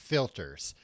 Filters